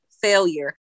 failure